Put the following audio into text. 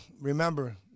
remember